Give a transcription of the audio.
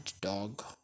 dog